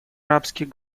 арабских